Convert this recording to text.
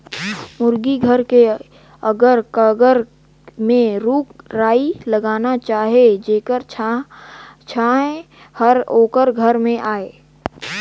मुरगी घर के अगर कगर में रूख राई लगाना चाही जेखर छांए हर ओखर घर में आय